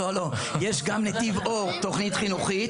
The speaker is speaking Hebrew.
יש גם נתיב אור תכנית חינוכית,